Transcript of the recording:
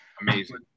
Amazing